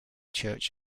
church